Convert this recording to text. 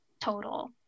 total